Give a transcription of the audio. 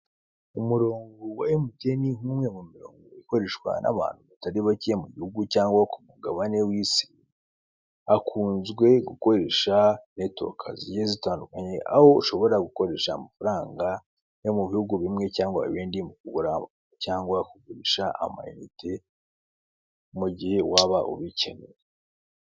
Umurongo wa emutiyene nk'umwe mumirongo ukoresha n'abantu batari bakeye mu igihugu cyangwa bo k'umugabane w'isi, akunzwe gukoresha netiwaka zigiye zitandukanye zitandukanye aho ushobora gukoresha amafaranga yo mubihugu bimwe cyangwa ibindi mukugura cyangwa kugurisha amayinite mu gihe waba ubikeneye.